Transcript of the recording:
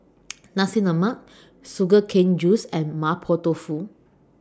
Nasi Lemak Sugar Cane Juice and Mapo Tofu